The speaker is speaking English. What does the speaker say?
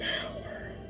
power